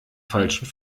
falschen